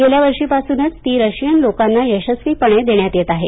गेल्यावर्षीपासूनच ती रशियन लोकांना यशस्वीपणे देण्यात येत आहे